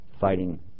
fighting